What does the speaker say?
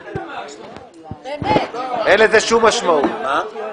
אין לזה שום משמעות.